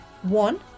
one